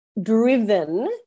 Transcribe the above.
driven